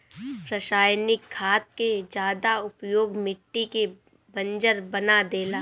रासायनिक खाद के ज्यादा उपयोग मिट्टी के बंजर बना देला